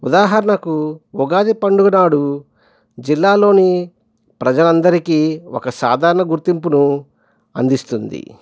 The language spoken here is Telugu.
ఉదాహరణకు ఉగాది పండుగనాడు జిల్లాలోని ప్రజలందరికీ ఒక సాధారణ గుర్తింపును అందిస్తుంది